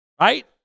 Right